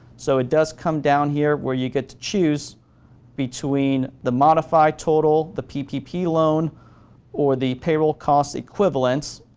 so, it does come down here where you get to choose between the modify total, the ppp loan or the payroll cost equivalence.